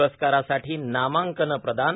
पुरस्कारांसाठी नामांकनं प्रदान